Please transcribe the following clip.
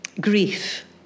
grief